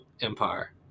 Empire